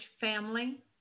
family